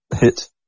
hit